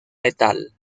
letal